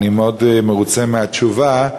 אני מאוד מרוצה מהתשובה.